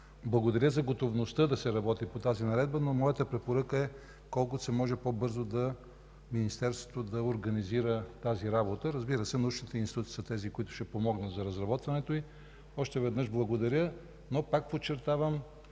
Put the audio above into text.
Благодаря за готовността да се работи по тази наредба, но моята препоръка е колкото се може по-бързо Министерството да организира тази работа. Разбира се, научните институции ще подпомогнат за разработването й. Още веднъж благодаря, но пак подчертавам